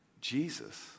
Jesus